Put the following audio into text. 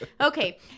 okay